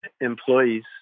employees